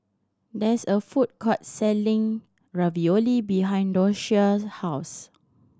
there is a food court selling Ravioli behind Docia's house